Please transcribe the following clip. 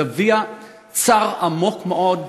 להביע צער עמוק מאוד,